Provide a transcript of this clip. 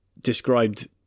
described